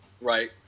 Right